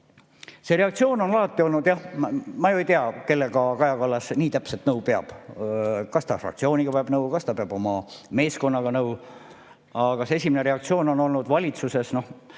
See reaktsioon on alati olnud jah ... Ma ju ei tea, kellega Kaja Kallas nii täpset nõu peab. Kas ta fraktsiooniga peab nõu, kas ta peab oma meeskonnaga nõu? Aga see esimene reaktsioon on olnud valitsuses,